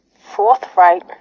forthright